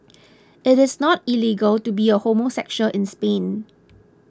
it is not illegal to be a homosexual in Spain